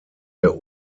der